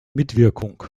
mitwirkung